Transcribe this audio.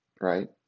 right